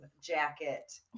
jacket